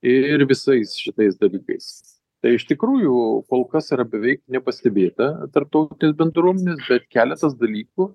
ir visais šitais dalykais tai iš tikrųjų kol kas yra beveik nepastebėta tarptautinės bendruomenės bet keletas dalykų